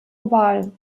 oval